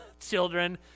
children